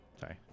Sorry